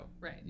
Right